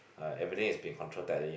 ah everything is been controlled tightly lah